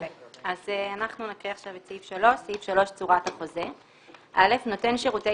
אנחנו נקריא עכשיו את סעיף 3: "צורת החוזה 3. (א) נותן שירותי